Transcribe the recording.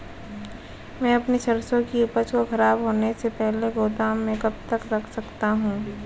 मैं अपनी सरसों की उपज को खराब होने से पहले गोदाम में कब तक रख सकता हूँ?